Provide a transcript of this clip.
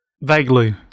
Vaguely